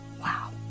wow